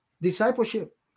discipleship